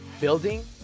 Building